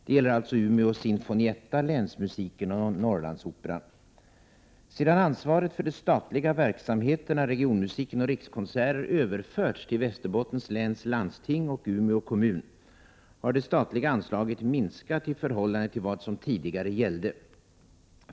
Det gäller alltså Umeå Sinfonietta, Länsmusiken och Norrlandsoperan. Sedan ansvaret för de statliga verksamheterna Regionmusiken och Rikskonserter överförts till Västerbottens läns landsting och Umeå kommun har det statliga anslaget minskat i förhållande till vad som tidigare gällde.